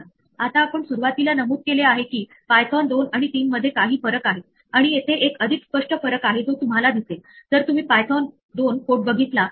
तर हे असे नाही जसे की आपल्याला सर्वात प्रथम एरर सापडेल जी हाताळली नाही तर ती रद्द होईल ती फक्त नियंत्रण परत करेल जिथून तिला कॉल केले गेले होते आणि कॉल्सच्या सिक्वेन्स अनुसार श्रेणीय पद्धतीने आपण तिला कुठल्याही पॉइंटला पकडू शकू